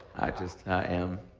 just am.